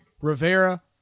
Rivera